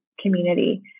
community